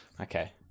okay